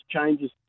changes